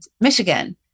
Michigan